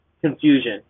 confusion